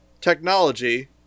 technology